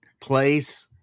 place